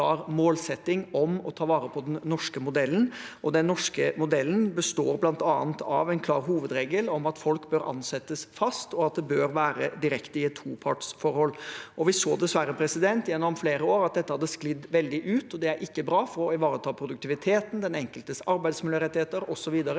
en helt klar målsetting om å ta vare på den norske modellen, og den norske modellen består bl.a. av en klar hovedregel om at folk bør ansettes fast, og at det bør være direkte, i et topartsforhold. Vi så dessverre gjennom flere år at dette hadde sklidd veldig ut. Det er ikke bra for å ivareta produktiviteten, den enkeltes arbeidsmiljørettigheter osv.